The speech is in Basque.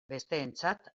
besteentzat